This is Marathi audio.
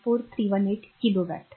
4318 किलोवॅट